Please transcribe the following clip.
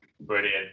brilliant